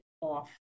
off